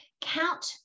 Count